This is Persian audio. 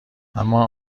اما